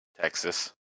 Texas